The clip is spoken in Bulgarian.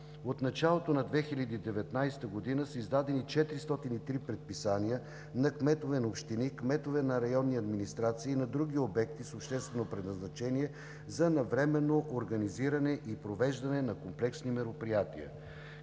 От началото на 2019 г. са издадени 403 предписания на кметовете на общините, кметовете на районните администрации, на другите обекти с обществено предназначение за навременно организиране и провеждане на комплексни мероприятия.